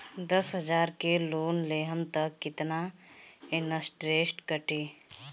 दस हजार के लोन लेहम त कितना इनट्रेस कटी?